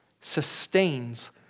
sustains